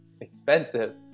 Expensive